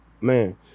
man